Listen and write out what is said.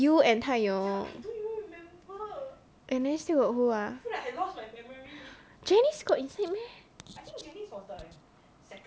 you and tai yong and then still got who ah janice got inside meh